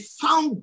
found